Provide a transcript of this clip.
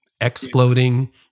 exploding